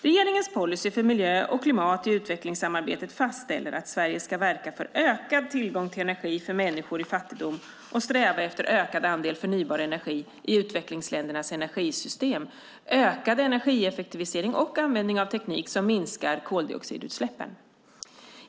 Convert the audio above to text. Regeringens policy för miljö och klimat i utvecklingssamarbetet fastställer att Sverige ska verka för ökad tillgång till energi för människor i fattigdom och sträva efter ökad andel förnybar energi i utvecklingsländernas energisystem, ökad energieffektivisering och användning av teknik som minskar koldioxidutsläppen.